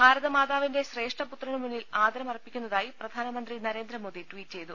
ഭാരതമാതാവിന്റെ ശ്രേഷ്ഠ പുത്രനുമുന്നിൽ ആദരമർപ്പി ക്കുന്നതായി പ്രധാനമന്ത്രി നരേന്ദ്രമോദി ട്വീറ്റ് ചെയ്തു